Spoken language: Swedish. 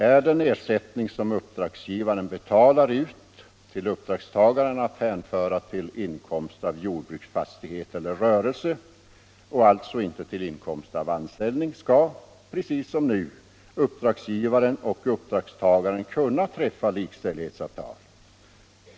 Är den ersättning som uppdragsgivaren betalar ut till uppdragstagaren att hänföra till inkomst av jordbruksfastighet eller rörelse, och alltså inte till inkomst av anställning, skall — precis som nu — uppdragsgivaren och uppdragstagaren kunna träffa likställighetsavtal.